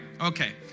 Okay